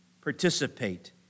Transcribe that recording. participate